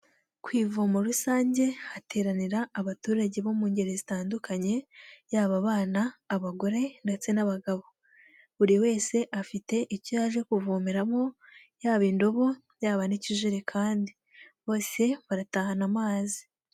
Ku ivomo rusange hateranira abaturage bo mu ngeri zitandukanye, yaba abana, abagore ndetse n'abagabo. Buri wese afite icyo yaje kuvomeramo yaba indobo, yaba n'ikijerekani. Bose baratahana amazi.